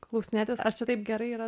klausinėtis ar čia taip gerai yra